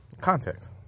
Context